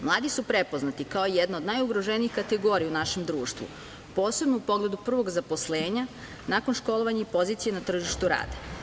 Mladi su prepoznati kao jedna od najugroženijih kategorija u našem društvu, posebno u pogledu prvog zaposlenja nakon školovanja i pozicije na tržištu rada.